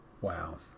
Wow